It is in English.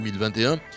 2021